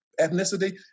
ethnicity